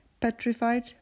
Petrified